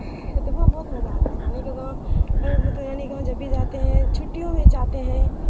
میں بہت مزہ آتا ہے نانی کا گاؤں مطلب نانی کے گاؤں جب بھی جاتے ہیں چھٹیوں میں جاتے ہیں